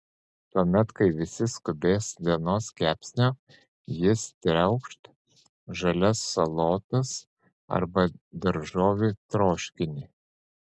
tuomet kai visi skubės dienos kepsnio jis triaukš žalias salotas arba daržovių troškinį